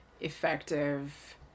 effective